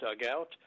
dugout